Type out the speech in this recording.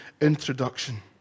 introduction